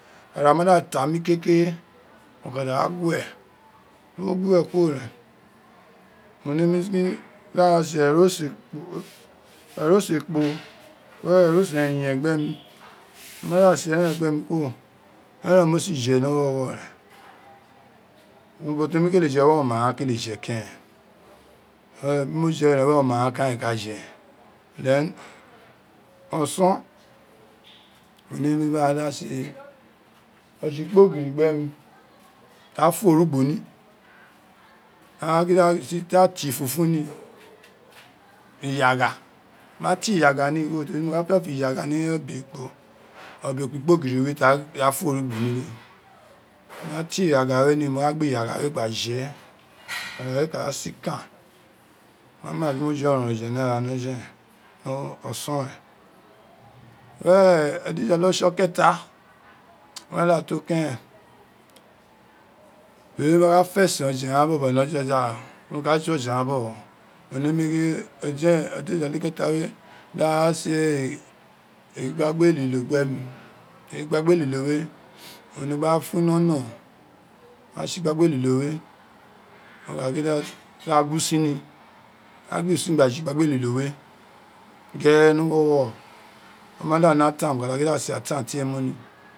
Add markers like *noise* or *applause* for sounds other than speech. Ara ma da tami kekire mo ka dà rà gbè biri mo gwe kuro ren mo nemi gin daghan se eroso ekpo were eroso eyen gbe nir no wa da se eren gbe mi kuro, even mo si je ni awowo, ubo temi kele je uwere oma eghan kele je kurem, bin no ren were oma ghan keren ka je then oson mo nem gin gba ghan gin daghan se oje ikpogin gh gbe mi a fo ovu gbo ni. mo wo gin dagha ke ifunfin ni, iyagha ma te iyagha mi, mo lo fọ fọ lyagha ni obesekpo obe-ekpo ikpogini ibe ta fo orugbo ni wó mà te iyagha we ni wo ma gba iya gha we gba je *noise* ara we ka a sinkai, wo nya gin wo je oje oronron oje ni ara mo gonen ni oson re ojijala okieta màà da to keren, eyi dawn fesen ofe gin bobo ni ojijala di mo ka tse oji ghai bobo, o ne ni gin ojomeen ojijala okeeta we daa se igragbe elilo gbe mi tari igbagba elilo gbemi tari igbagba elilo we ono gbia fun ino no, mo ka ghidi a gun usin ni a gba usin gba je igbagha elilo we ghere ni owowo mo ma da one etan, mo ka da gin da se atan tie mu nh